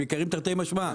הם יקרים תרתי משמע.